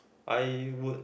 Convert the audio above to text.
I would